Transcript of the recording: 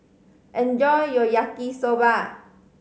enjoy your Yaki Soba